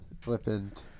Flippant